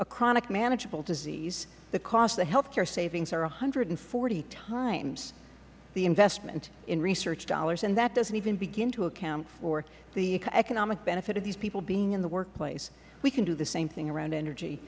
a chronic manageable disease the costs to health care savings are one hundred and forty times the investment in research dollars and that doesn't even begin to account for the economic benefit of these people being in the workplace we can do the same thing around